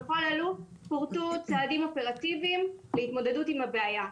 בכל אלו פורטו צעדים אופרטיביים להתמודדות עם הבעיה.